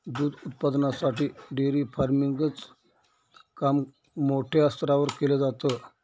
दूध उत्पादनासाठी dairy farming च काम खूप मोठ्या स्तरावर केल जात